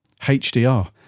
hdr